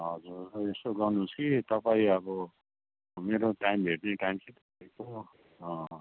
हजुर यसो गर्नुहोस् कि तपाईँ अब मेरो टाइम भेट्ने टाइम चाहिँ तपाईँको अँ